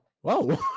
whoa